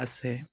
আছে